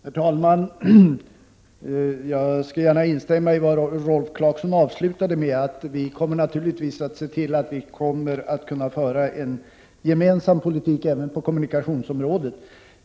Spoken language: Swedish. Herr talman! Jag skall gärna instämma i det som Rolf Clarkson avslutade sitt anförande med. Vi skall naturligtvis se till att vi kommer att kunna föra en gemensam politik även på kommunikationsområdet.